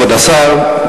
כבוד השר,